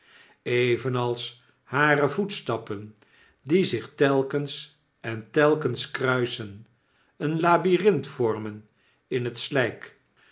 evenals hare voetstappen die zich telkens en telkens kruisen een labyrint vormen in het slijk